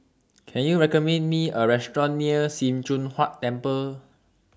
Can YOU recommend Me A Restaurant near SIM Choon Huat Temple